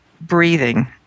breathing